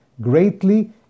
greatly